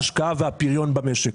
ההשקעה והפריון במשק.